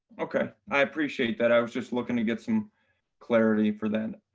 okay. i appreciate that. i was just looking to get some clarity for that.